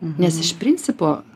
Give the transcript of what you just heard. nes iš principo